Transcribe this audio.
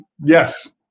Yes